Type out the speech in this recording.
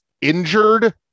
injured